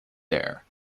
there